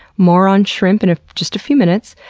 more on shrimp in ah just a few minutes.